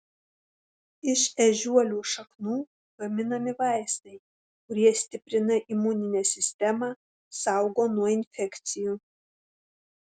iš ežiuolių šaknų gaminami vaistai kurie stiprina imuninę sistemą saugo nuo infekcijų